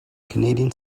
canadian